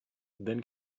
then